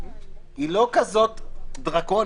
היא לא כזאת דרקונית.